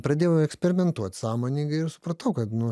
pradėjau eksperimentuot sąmoningai ir supratau kad nu